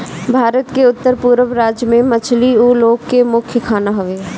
भारत के उत्तर पूरब के राज्य में मछली उ लोग के मुख्य खाना हवे